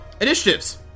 Initiatives